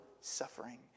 suffering